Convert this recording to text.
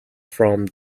from